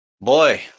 boy